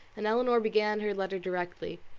and elinor began her letter directly,